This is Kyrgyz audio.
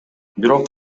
бирок